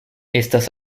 estas